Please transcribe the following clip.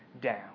down